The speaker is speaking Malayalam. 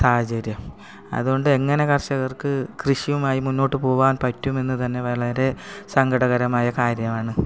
സാഹചര്യം അതുകൊണ്ട് എങ്ങനെ കർഷകർക്ക് കൃഷിയുമായി മുന്നോട്ട് പോവാൻ പറ്റുമെന്ന് തന്നെ വളരെ സങ്കടകരമായ കാര്യമാണ്